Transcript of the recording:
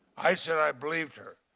i said i believed her,